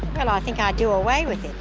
and i think i'd do away with